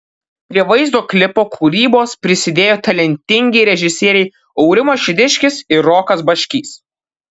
prie vaizdo klipo kūrybos prisidėjo talentingi režisieriai aurimas šidiškis ir rokas baškys